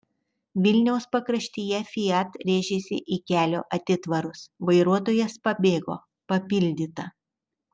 vilniaus pakraštyje fiat rėžėsi į kelio atitvarus vairuotojas pabėgo papildyta